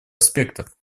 аспектов